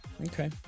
okay